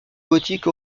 gothique